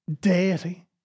deity